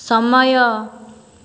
ସମୟ